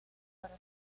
para